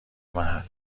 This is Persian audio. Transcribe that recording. محل